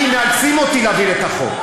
מאלצים אותי להעביר את החוק.